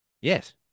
Yes